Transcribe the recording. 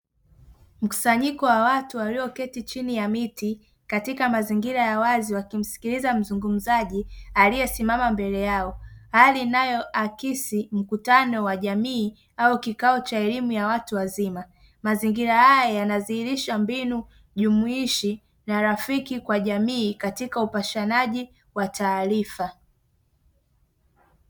Mkusanyiko wa watu walioketi chini ya miti katika mazingira ya wazi wakimsikiliza mzungumzaji aliyesimama mbele yao. Hali inayo akisi mkutano wa jamii au kikao cha elimu ya watu wazima. Mazingira haya yanadhihirisha mbinu, jumuishi na rafiki kwa jamii katika upashanaji wa taarifa.